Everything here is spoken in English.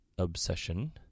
Obsession